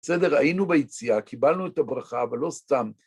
בסדר, היינו ביציאה, קיבלנו את הברכה, אבל לא סתם.